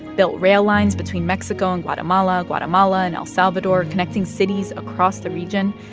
built rail lines between mexico and guatemala, guatemala and el salvador, connecting cities across the region.